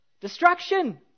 Destruction